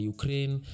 Ukraine